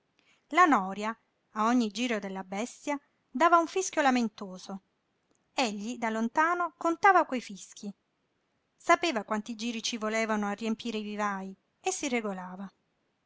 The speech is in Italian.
la nòria a ogni giro della bestia dava un fischio lamentoso egli da lontano contava quei fischi sapeva quanti giri ci volevano a riempire i vivaj e si regolava